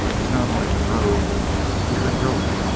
he's not only been rode he's been broke.